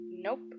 Nope